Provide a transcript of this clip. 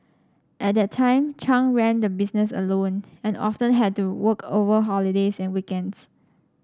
at that time Chung ran the business alone and often had to work over holidays and weekends